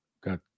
Got